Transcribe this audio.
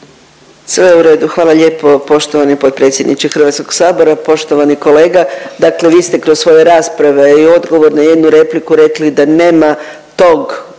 je u redu, hvala lijepo poštovani potpredsjedniče HS. Poštovani kolega, dakle vi ste kroz svoje raspravu i u odgovoru na jednu repliku rekli da nema tog